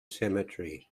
cemetery